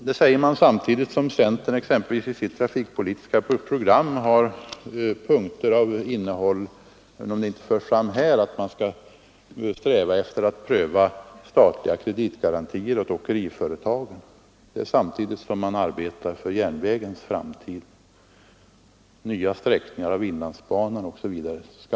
Det säger man samtidigt som centerns trafikpolitiska program innehåller kravet — det framförs inte i detta sammanhang — att man skall pröva statliga kreditgarantier till åkeriföretagen. Detta sker samtidigt som man arbetar för järnvägens framtid — nya sträckningar av inlandsbanan, osv.!